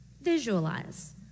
visualize